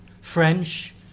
French